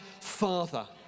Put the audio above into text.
Father